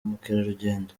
mukerarugendo